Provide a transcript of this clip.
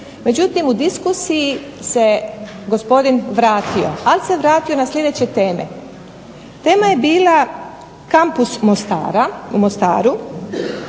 međutim u diskusiji se gospodin vratio ali se vratio na sljedeće teme. Tema je bila kampus u Mostaru,